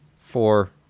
Four